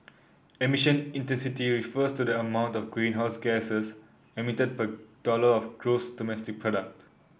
emission intensity refers to the amount of greenhouses gas emitted per dollar of gross domestic product